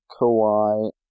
Kawhi